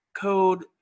code